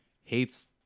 hates